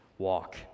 walk